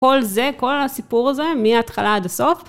כל זה כל הסיפור הזה מההתחלה עד הסוף.